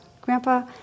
Grandpa